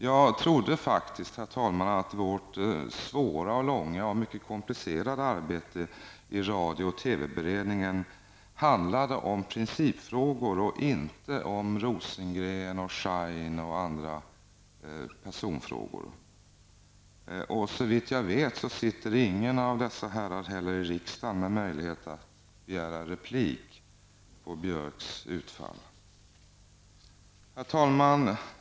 Jag trodde faktiskt, herr talman, att vårt svåra, långa och mycket komplicerade arbete i radio och TV beredningen handlade om principfrågor och inte om Rosengren, Schein och andra personfrågor. Såvitt jag vet sitter ingen av dessa herrar i riksdagen med möjlighet att begära replik på Anders Björcks utfall.